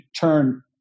turn